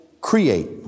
create